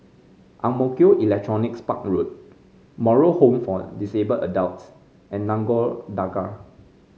Ang Mo Kio Electronics Park Road Moral Home for Disabled Adults and Nagore Dargah